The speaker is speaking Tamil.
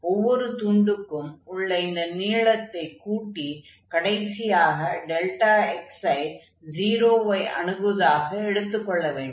ஒவ்வொரு துண்டுக்கும் உள்ள இந்த நீளத்தைக் கூட்டி கடைசியாக xi 0 ஐ அணுகவதாக எடுத்துக் கொள்ள வேண்டும்